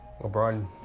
LeBron